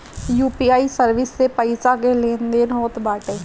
UPI service से पईसा के लेन देन होत बाटे